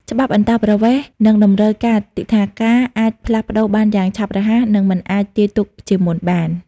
ច្បាប់អន្តោប្រវេសន៍ និងតម្រូវការទិដ្ឋាការអាចផ្លាស់ប្តូរបានយ៉ាងឆាប់រហ័ស និងមិនអាចទាយទុកជាមុនបាន។